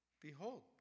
behold